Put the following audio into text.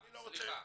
סליחה.